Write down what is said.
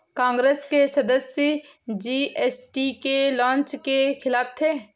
कांग्रेस के सदस्य जी.एस.टी के लॉन्च के खिलाफ थे